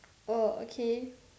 oh okay